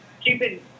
stupid